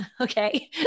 okay